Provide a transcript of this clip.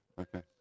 Okay